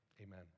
Amen